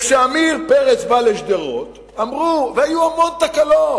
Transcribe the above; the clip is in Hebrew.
כשעמיר פרץ בא לשדרות היו המון תקלות,